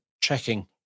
checking